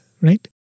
right